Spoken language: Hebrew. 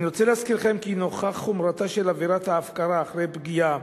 אני רוצה להזכירכם כי לנוכח חומרתה של עבירת ההפקרה אחרי פגיעה,